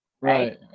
Right